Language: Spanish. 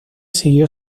siguió